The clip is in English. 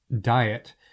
diet